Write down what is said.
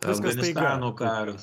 afganistano karas